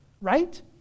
Right